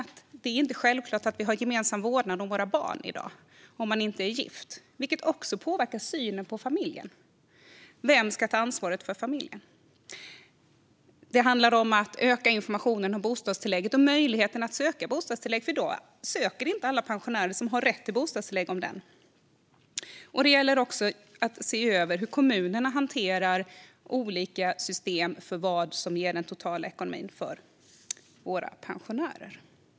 Det är i dag inte självklart med gemensam vårdnad om barnen om man inte är gift, vilket också påverkar synen på familjen. Vem ska ta ansvaret för familjen? Det handlar om att öka informationen om bostadstillägget och möjligheten att söka bostadstillägg. I dag ansöker inte alla pensionärer som har rätt till bostadstillägg om det. Det gäller också att se över hur kommunerna hanterar olika system för det som ger den totala ekonomin för våra pensionärer.